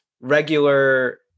regular